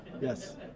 Yes